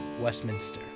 Westminster